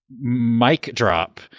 mic-drop